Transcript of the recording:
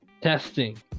testing